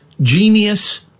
genius